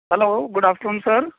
hello good afternoon sir